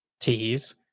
teas